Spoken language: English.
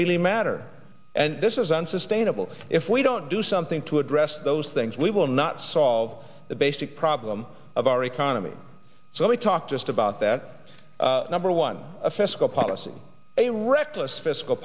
really matter and this is unsustainable if we don't do something to address those things we will not solve the basic problem of our economy so we talked just about that number one a fiscal policy a reckless fiscal